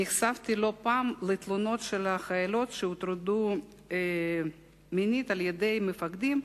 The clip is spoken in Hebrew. נחשפתי לא פעם לתלונות של חיילות שהוטרדו מינית על-ידי מפקדים,